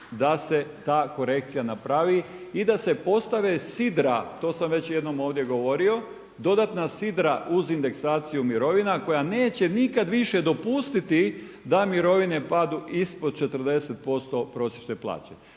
da se ta korekcija napravi i da se postave sidra, to sam već jednom ovdje govorio, dodatna sidra uz indeksaciju mirovina koja neće nikad više dopustiti da mirovine padnu ispod 40% prosječne plaće.